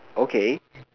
okay